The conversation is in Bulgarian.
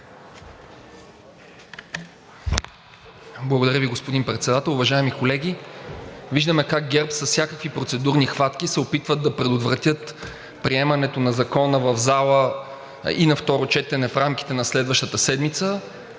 Благодаря Ви, господин Председател. Уважаеми колеги, виждаме как ГЕРБ с всякакви процедурни хватки се опитват да предотвратят приемането на Законопроекта в залата и на второ четене в рамките на следващата седмица.